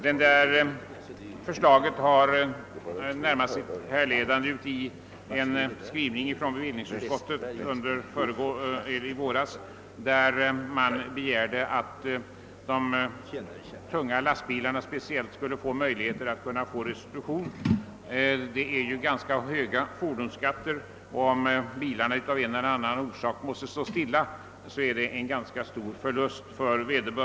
Förslaget härleder sig närmast från en skrivning som bevillningsutskottet gjorde i våras och där det begärdes att speciellt ägare av tunga lastbilar skulle få möjlighet att erhålla restitution. Fordonsskatterna är ganska höga, och om bilarna av en eller annan orsak måste stå stilla innebär det en ganska stor förlust för ägaren.